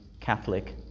Catholic